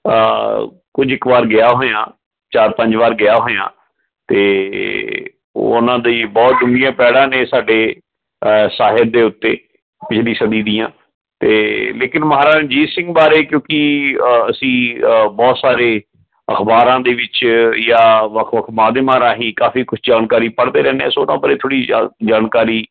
ਕੁਝ ਕੁ ਵਾਰ ਗਿਆ ਹੋਇਆਂ ਚਾਰ ਪੰਜ ਵਾਰ ਗਿਆ ਹੋਇਆਂ ਅਤੇ ਉਹਨਾਂ ਦੀ ਬਹੁਤ ਡੂੰਘੀਆਂ ਪੈੜਾਂ ਨੇ ਸਾਡੇ ਸਾਹਿਤ ਦੇ ਉੱਤੇ ਪਿੱਛਲੀ ਸਦੀ ਦੀਆਂ ਅਤੇ ਲੇਕਿਨ ਮਹਾਰਾਜਾ ਰਣਜੀਤ ਸਿੰਘ ਬਾਰੇ ਕਿਉਂਕਿ ਅਸੀਂ ਬਹੁਤ ਸਾਰੇ ਅਖਬਾਰਾਂ ਦੇ ਵਿੱਚ ਜਾਂ ਵੱਖ ਵੱਖ ਮਾਧਿਅਮਾਂ ਰਾਹੀਂ ਕਾਫੀ ਕੁਝ ਜਾਣਕਾਰੀ ਪੜ੍ਹਦੇ ਰਹਿੰਦੇ ਹਾਂ ਸੋ ਉਹਨਾਂ ਬਾਰੇ ਥੋੜ੍ਹੀ ਜਾਣਕਾਰੀ